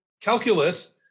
calculus